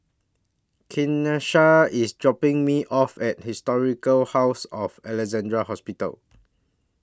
Kanisha IS dropping Me off At Historic House of Alexandra Hospital